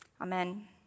Amen